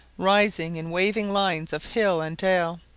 rising in waving lines of hill and dale,